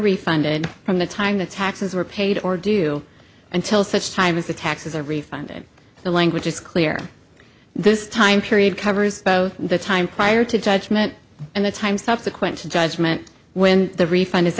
refunded from the time the taxes were paid or due until such time as the taxes are refunded the language is clear this time period covers both the time prior to judgement and the time subsequent to judgment when the refund is